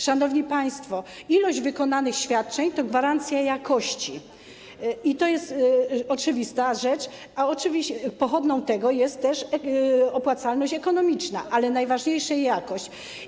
Szanowni państwo, ilość wykonanych świadczeń jest gwarancją jakości i to jest oczywista rzecz, a pochodną tego jest opłacalność ekonomiczna, ale najważniejsza jest jakość.